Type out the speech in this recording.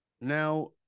now